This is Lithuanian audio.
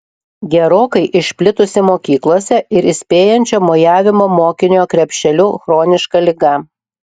gerokai išplitusi mokyklose ir įspėjančio mojavimo mokinio krepšeliu chroniška liga